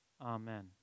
Amen